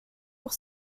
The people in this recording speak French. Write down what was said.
pour